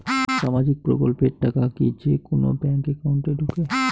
সামাজিক প্রকল্পের টাকা কি যে কুনো ব্যাংক একাউন্টে ঢুকে?